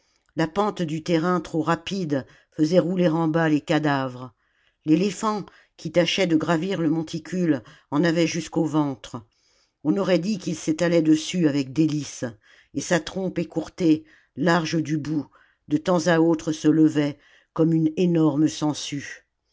la pente du terrain trop rapide faisait rouler en bas les cadavres l'éléphant qui tâchait de gravir le monticule en avait jusqu'au ventre on aurait dit qu'il s'étalait dessus avec délices et sa trompe écourtée large du bout de temps à autre se levait comme une énorme sangsue